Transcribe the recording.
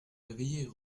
réveiller